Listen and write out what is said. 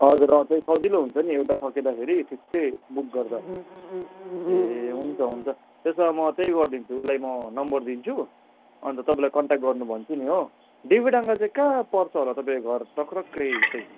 हजुर अँ त्यही सजिलो हुन्छ नि एउटा सकिँदाखेरि ठिकै बुक गर्दा ए हुन्छ हुन्छ त्यसो भए म त्यही गरिदिन्छु उसलाई म नम्बर दिन्छु अन्त तपाईँलाई कन्ट्याक्ट गर्नु भन्छु नि हो देवीडाँगा चाहिँ कहाँ पर्छ होला तपाईँको घर टक्रक्कै चाहिँ